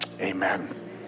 amen